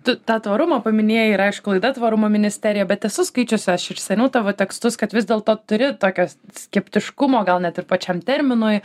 tu tą tvaurumą paminėjai ir aišku laida tvarumo ministerija bet esu skaičiusi aš ir seniau tavo tekstus kad vis dėlto turi tokio skeptiškumo gal net ir pačiam terminui